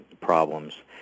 problems